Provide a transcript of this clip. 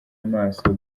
amaso